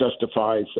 justifies